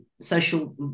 social